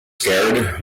scared